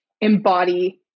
embody